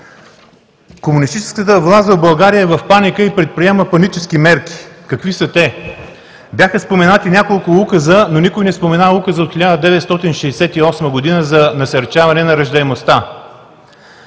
Комунистическата власт в България е в паника и предприема панически мерки. Какви са те? Бяха споменати няколко указа, но никой не спомена Указа от 1968 г. за насърчаване на раждаемостта.